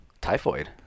typhoid